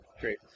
Great